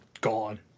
gone